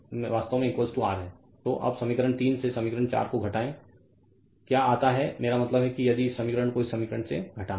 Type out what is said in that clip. तो अब समीकरण 3 से समीकरण 4 को घटाएं क्या आता है मेरा मतलब है कि यदि इस समीकरण को इस समीकरण से घटाना